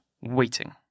waiting